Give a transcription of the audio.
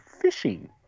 fishing